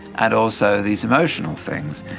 and also these emotional things.